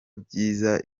byiza